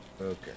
Okay